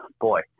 Boy